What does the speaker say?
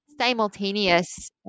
simultaneous